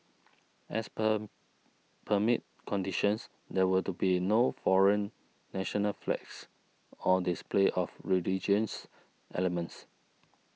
as per permit conditions there were to be no foreign national flags or display of religious elements